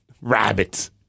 Rabbits